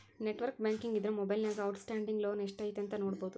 network banking ಇದ್ರ ಮೊಬೈಲ್ನ್ಯಾಗ outstanding loan ಎಷ್ಟ್ ಐತಿ ನೋಡಬೋದು